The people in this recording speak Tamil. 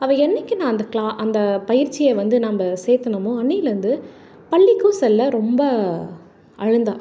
அவள் என்றைக்கி நான் அந்த க்ளா அந்த பயிற்சியை வந்து நம்ப சேர்த்துனோமோ அன்றையிலருந்து பள்ளிக்கும் செல்ல ரொம்ப அழுதா